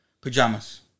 pajamas